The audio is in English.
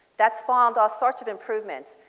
that spawned all sorts of improvements.